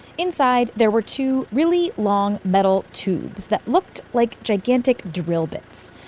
inside, there were two really long metal tubes that looked like gigantic drill bits.